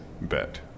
bet